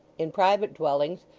in private dwellings,